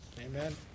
Amen